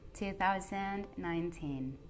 2019